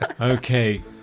okay